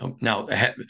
Now